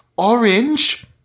Orange